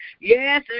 Yes